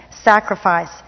sacrifice